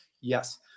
Yes